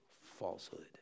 falsehood